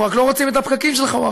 אנחנו רק לא רוצים את הפקקים של חווארה,